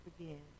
again